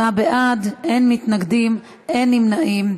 28 בעד, אין מתנגדים, אין נמנעים.